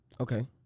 Okay